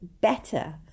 better